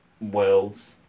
Worlds